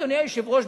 אדוני היושב-ראש,